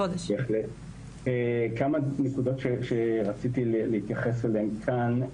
כמה נקודות שרציתי להתייחס אליהן כאן: